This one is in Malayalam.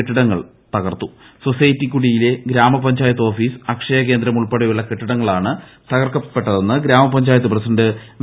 കെട്ടിടങ്ങൾ സൊസൈറ്റിക്കുടിയിലെ ഗ്രാമ പഞ്ചായത്ത് ഓഫീസ് അക്ഷയ കേന്ദ്രം ഉൾപ്പടെയുള്ള കെട്ടിടങ്ങളാണ് തകർക്കപ്പെട്ടതെന്ന് ഗ്രാമപഞ്ചായത്തു പ്രസിഡന്റ് വി